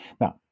Now